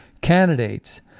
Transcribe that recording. candidates